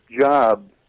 job